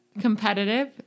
competitive